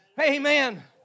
Amen